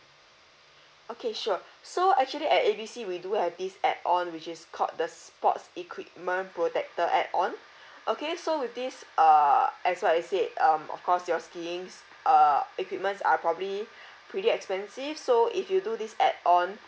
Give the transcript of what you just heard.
okay sure so actually at A B C we do have this add-on which is called the sports equipment protector add-on okay so with this uh as what you said um of course your skiings uh equipments are probably pretty expensive so if you do this add-on